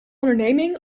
onderneming